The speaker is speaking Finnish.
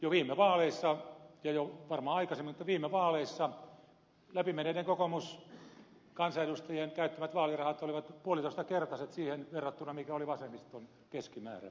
jo viime vaaleissa ja jo varmaan aikaisemminkin mutta viime vaaleissa läpi menneiden kokoomuskansanedustajien käyttämät vaalirahat olivat puolitoistakertaiset siihen verrattuna mikä oli vasemmiston keskimäärä